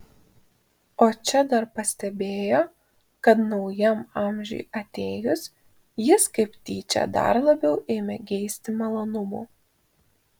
o čia dar pastebėjo kad naujam amžiui atėjus jis kaip tyčia dar labiau ėmė geisti malonumų